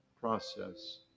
process